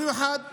במיוחד בנגב,